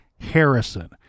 Harrison